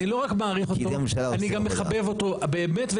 אני לא רק מעריך אותו, אני גם מחבב אותו, באמת.